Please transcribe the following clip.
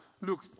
Look